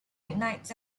ignites